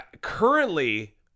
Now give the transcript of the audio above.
currently